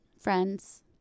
friends